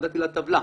נתתי לה טבלה.